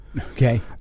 Okay